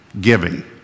giving